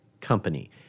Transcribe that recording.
company